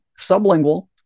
sublingual